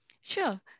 Sure